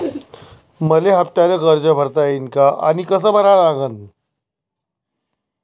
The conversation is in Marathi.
मले हफ्त्यानं कर्ज भरता येईन का आनी कस भरा लागन?